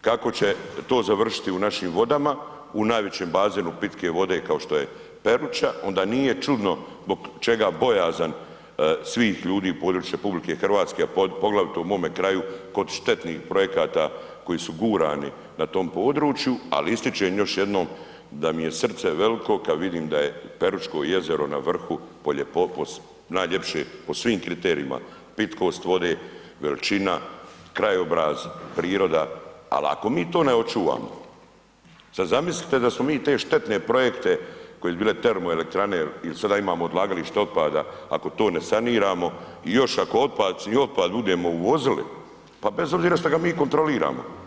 kako će to završiti u našim vodama, u najvećem bazenu pitke vode, ako što je Peruča, onda nije čudno zbog čega bojazan svih ljudi na području HR, poglavito u mom kraju kod štetnih projekata koji su gurani na tom području, ali ističem još jednom, da mi je srce veliko kad vidim da je Peručko jezero na vrhu po svim kriterijima, pitkost vode, veličina, krajobraz, priroda, ali kao mi to na očuvamo, sad zamislite da smo mi te štetne projekte koje su bile termoelektrane, a sada imamo odlagalište otpada, ako to ne saniramo, još ako otpad budemo uvozili, pa bez obzira što da mi kontroliramo.